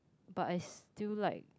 but I still like